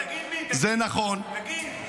זה נכון, תגיד מי, תגיד.